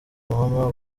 mama